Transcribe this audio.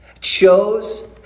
chose